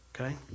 Okay